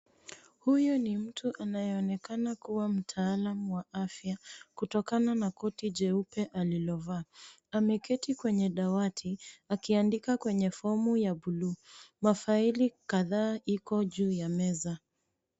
Huyu ni mtu anayeonekana kuwa mtaalamu wa afya kutokana na koti jeupe alilovaa. Ameketi kwenye dawati akiandika kwenye fomu ya bluu. Mafaili kadhaa iko juu ya meza.